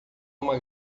uma